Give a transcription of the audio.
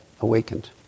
awakened